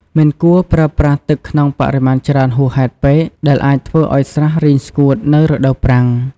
មិនគួរប្រើប្រាស់ទឹកក្នុងបរិមាណច្រើនហួសហេតុពេក ដែលអាចធ្វើឲ្យស្រះរីងស្ងួតនៅរដូវប្រាំង។